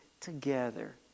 together